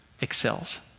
excels